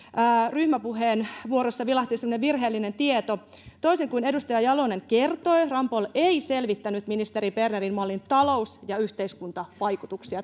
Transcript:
ryhmäpuheenvuorossa vilahti semmoinen virheellinen tieto toisin kuin edustaja jalonen kertoi ramboll ei selvittänyt ministeri bernerin mallin talous ja yhteiskuntavaikutuksia